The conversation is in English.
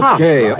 Okay